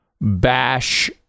bash